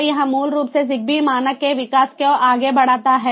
तो यह मूल रूप से ZigBee मानक के विकास को आगे बढ़ाता है